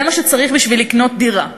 זה מה שצריך בשביל לקנות דירה.